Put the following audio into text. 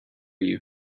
you